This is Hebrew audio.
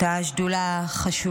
הייתה ישיבת שדולה חשובה.